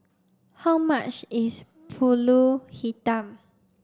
how much is Pulut Hitam